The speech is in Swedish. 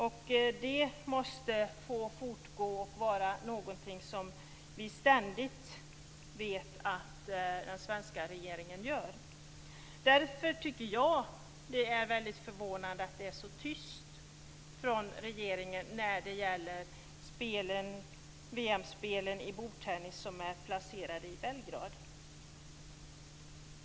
Det arbetet måste få fortgå och vara någonting som vi ständigt vet att den svenska regeringen gör. Därför tycker jag att det är väldigt förvånande att det är så tyst från regeringen när det gäller VM-spelen i bordtennis som är placerade i Belgrad.